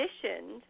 conditioned